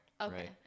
Okay